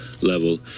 level